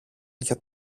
για